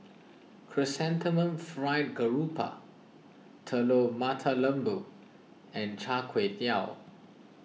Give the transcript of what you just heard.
Chrysanthemum Fried Garoupa Telur Mata Lembu and Char Kway Teow